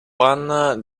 juan